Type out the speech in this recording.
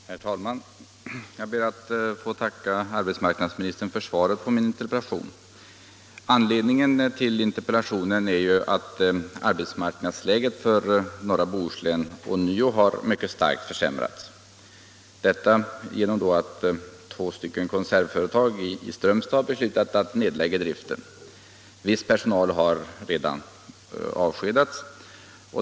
Herr talman! Jag ber att få tacka arbetsmarknadsministern för svaret på min interpellation. Anledningen till interpellationen är att arbetsmarknadsläget för norra Bohuslän ånyo mycket starkt försämrats — detta genom att två konservföretag i Strömstad beslutat nedlägga driften. Viss personal har redan avskedats.